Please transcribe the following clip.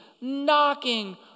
knocking